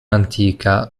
antica